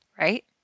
right